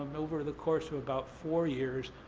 and over the course of about four years,